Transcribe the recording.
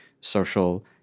social